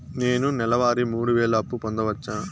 నేను నెల వారి మూడు వేలు అప్పు పొందవచ్చా?